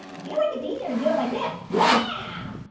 i feel like it's easier to do it like this. yeah,